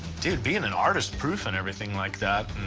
dude, being an artist's proof and everything like that,